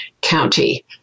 county